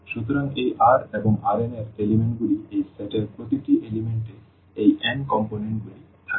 সুতরাং এই R এবং Rn এর উপাদানগুলি এই সেট এর প্রতিটি উপাদান এ এই n কম্পোনেন্টগুলি থাকবে